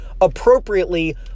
appropriately